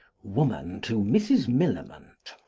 woman to mrs. millamant,